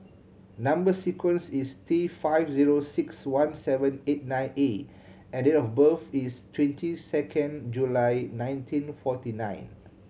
number sequence is T five zero six one seven eight nine A and date of birth is twenty second July nineteen forty nine